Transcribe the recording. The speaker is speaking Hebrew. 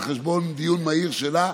על חשבון דיון מהיר שלה,